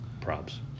Props